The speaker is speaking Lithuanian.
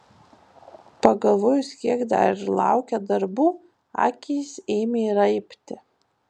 pagalvojus kiek dar laukia darbų akys ėmė raibti